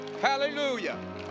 Hallelujah